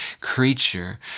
creature